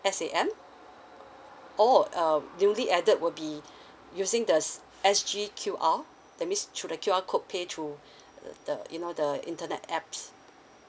s a m or uh newly added will be using the s g Q_R that means through the Q_R code pay to the the you know the internet A_P_P_S